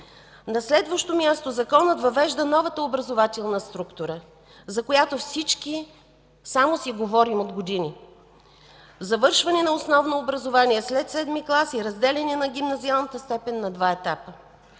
На следващо място, законът въвежда новата образователна структура, за която всички само си говорим от години: завършване на основно образование след 7-ми клас и разделяне на гимназиалната степен на два етапа.